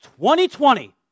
2020